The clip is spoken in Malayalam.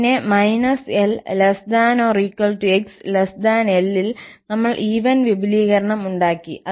പിന്നെ −𝐿 ≤ 𝑥 𝐿 ൽ നമ്മൾ ഈവൻ വിപുലീകരണം ഉണ്ടാക്കി